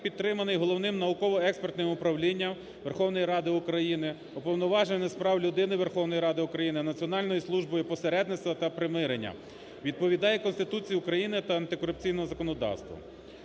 підтриманий Головним науково-експертним управлінням Верховної Ради України, Уповноваженим з прав людини Верховної Ради України, Національною службою посередництва та примирення, відповідає Конституції України та антикорупційному законодавству.